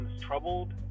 Troubled